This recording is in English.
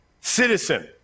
citizen